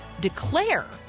declare